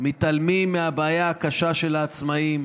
מתעלמים מהבעיה הקשה של העצמאים,